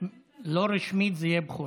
לא רשמית זה יהיה בכורה.